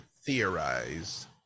theorize